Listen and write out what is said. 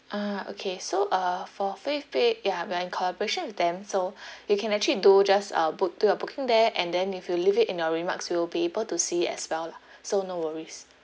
ah okay so uh for favepay ya we are in collaboration with them so you can actually do just uh book do your booking there and then if you leave it in your remarks we'll be able to see as well lah so no worries